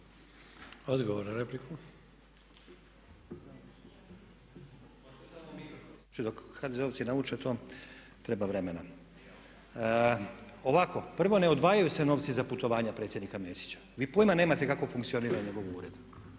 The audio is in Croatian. Odgovor na repliku. **Stazić, Nenad (SDP)** Ovako, prvo ne odvajaju se novci za putovanja predsjednika Mesića. Vi pojma nemate kako funkcionira njegov ured.